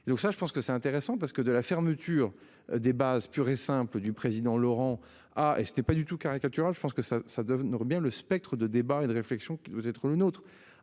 Donc ça je pense que c'est intéressant parce que de la fermeture des bases pur et simple du président Laurent ah et ce n'est pas du tout caricaturale. Je pense que ça ça revient le spectre de débats et de réflexion qui doit être le nôtre